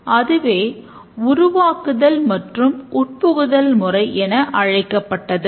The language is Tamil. அதுவே உருவாக்குதல் மற்றும் உட்புகுத்து முறை என அழைக்கப்பட்டது